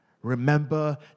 Remember